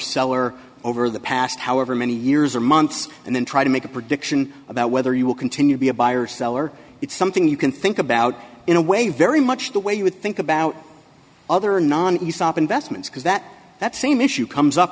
seller over the past however many years or months and then try to make a prediction about whether you will continue to be a buyer seller it's something you can think about in a way very much the way you would think about other non stop investments because that that same issue comes up